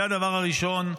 זה הדבר הראשון,